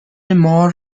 مار